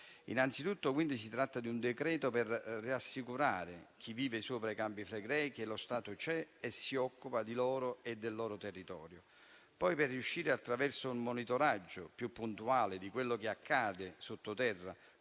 Innanzitutto, quindi, si tratta di un decreto-legge per rassicurare coloro che vivono sopra i Campi Flegrei che lo Stato c'è e si occupa di loro e del loro territorio; in secondo luogo, per riuscire, attraverso un monitoraggio più puntuale di quello che accade sotto terra,